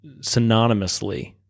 synonymously